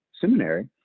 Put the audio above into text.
seminary